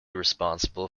responsible